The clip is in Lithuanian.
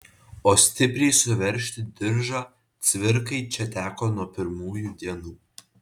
o stipriai suveržti diržą cvirkai čia teko nuo pirmųjų dienų